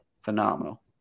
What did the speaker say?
Phenomenal